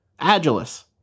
Agilus